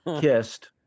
kissed